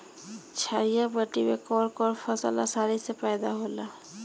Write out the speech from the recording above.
छारिया माटी मे कवन कवन फसल आसानी से पैदा होला?